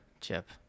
Chip